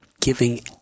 giving